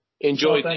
Enjoy